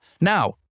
now